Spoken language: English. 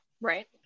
Right